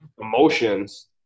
emotions